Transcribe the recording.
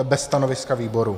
Bez stanoviska výboru.